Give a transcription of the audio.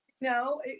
No